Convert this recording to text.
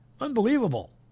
Unbelievable